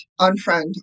unfriend